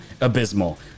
abysmal